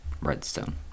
redstone